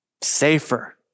safer